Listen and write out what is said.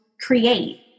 create